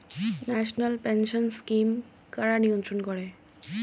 National pension scheme কারা নিয়ন্ত্রণ করে?